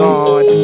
God